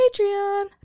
Patreon